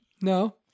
No